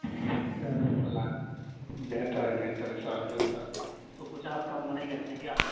ساڑھے دس لاکھ بہتر بہتر ہے ساڑھے دس لاکھ تو کچھ آپ کم وم نہیں کرتے ہیں کیا